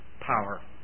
Power